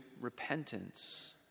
repentance